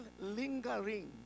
lingering